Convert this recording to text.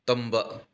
ꯇꯝꯕ